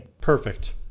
Perfect